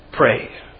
Pray